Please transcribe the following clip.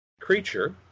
creature